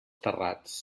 terrats